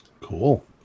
Cool